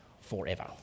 forever